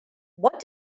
what